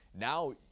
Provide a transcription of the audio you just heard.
now